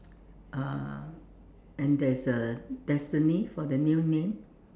uh and there's a destiny for the new name